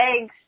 eggs